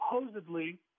supposedly –